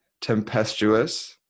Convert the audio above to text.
tempestuous